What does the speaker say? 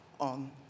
on